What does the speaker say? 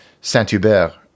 Saint-Hubert